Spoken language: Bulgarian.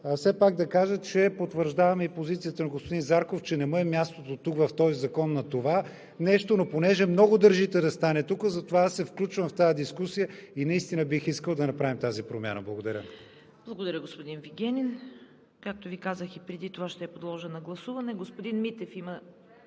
Все пак да кажа, че потвърждавам и позицията на господин Зарков, че не му е мястото тук, в този закон, на това нещо, но понеже много държите да стане тук, затова аз се включвам в тази дискусия и настина бих искал да направим тази промяна. Благодаря. ПРЕДСЕДАТЕЛ ЦВЕТА КАРАЯНЧЕВА: Благодаря, господин Вигенин. Както Ви казах и преди това, ще я подложа на гласуване.